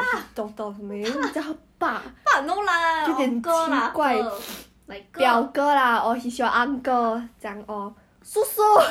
to like don't want to burden her to you know go through the cancer with him then like he just lie